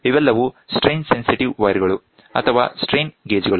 ಇವೆಲ್ಲವೂ strain sensitive wire ಗಳು ಅಥವಾ ಸ್ಟ್ರೈನ್ ಗೇಜ್ ಗಳು